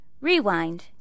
Rewind